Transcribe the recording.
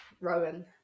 Rowan